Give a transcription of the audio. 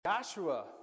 Joshua